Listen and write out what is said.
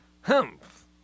Humph